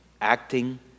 acting